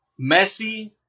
Messi